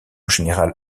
général